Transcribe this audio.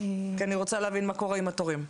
כי אני רוצה להבין מה קורה עם התורים.